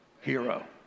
hero